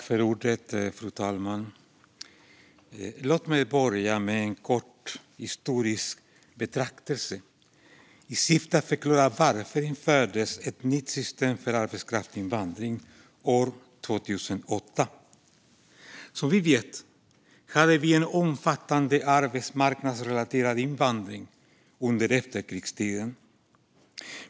Fru talman! Låt mig börja med en kort historisk betraktelse i syfte att förklara varför det infördes ett nytt system för arbetskraftinvandring 2008. Som vi vet hade vi en omfattande arbetsmarknadsrelaterad invandring under efterkrigstiden.